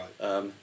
Right